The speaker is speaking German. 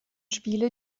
spiele